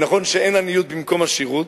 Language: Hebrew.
ונכון שאין עניות במקום עשירות,